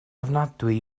ofnadwy